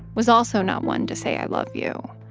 was also not one to say i love you,